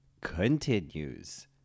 continues